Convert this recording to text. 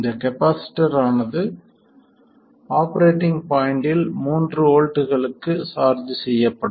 இந்த கப்பாசிட்டர் ஆனது ஆபரேட்டிங் பாய்ண்ட்டில் மூன்று வோல்ட்டுகளுக்கு சார்ஜ் செய்யப்படும்